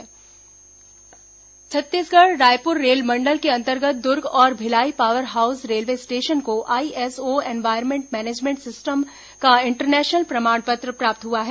दुर्ग Bhilai railway station Chhattisgarh Raipur रेलमंडल के अंतर्गत दुर्ग और Bhilai power house railway station को आईएसओ एनवायरमेंट मैनेजमेंट सिस्टम का इंटरनेशनल प्रमाण पत्र प्राप्त हुआ है